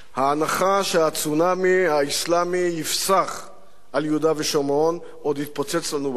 ההנחה שהצונאמי האסלאמי יפסח על יהודה ושומרון עוד תתפוצץ לנו בפנים,